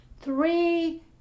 Three